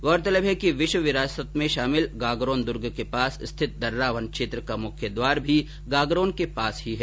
गौरतलब है कि विश्व विरासत में शामिल गागरोन दुर्ग के पास स्थित दर्रा वन क्षेत्र का मुख्य द्वार भी गागरोन के पास ही है